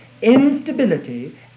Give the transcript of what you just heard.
Instability